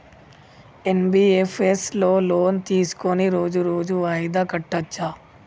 NBFS లో loan తీస్కొని రోజు రోజు వాయిదా కట్టచ్ఛా?